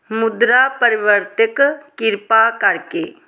ਮੁਦਰਾ ਪਰਿਵਰਤਕ ਕਿਰਪਾ ਕਰਕੇ